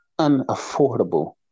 unaffordable